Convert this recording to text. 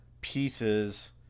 pieces